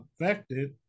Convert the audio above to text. affected